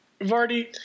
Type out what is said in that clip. Vardy